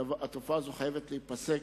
התופעה הזאת חייבת להיפסק.